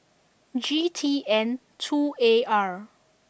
G T N two A R